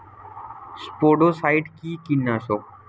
স্পোডোসাইট কি কীটনাশক?